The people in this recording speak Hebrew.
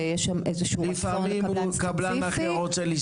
שיש שם איזו שהיא בעיה עם קבלן ספציפי,